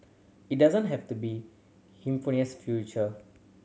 it doesn't have to be hemisphere's future